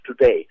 today